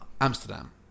Amsterdam